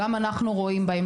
גם אנחנו רואים בהם,